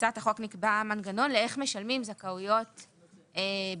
בהצעת החוק נקבע מנגנון לאיך משלמים תגמולים באיחור.